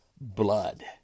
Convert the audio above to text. blood